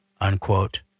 unquote